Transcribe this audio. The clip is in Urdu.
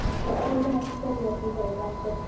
اچھا اور بھینس کا گوشت بھی چاہیے آپ کو